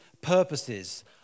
purposes